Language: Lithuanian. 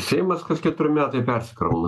seimas kas keturi metai persikrauna